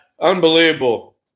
unbelievable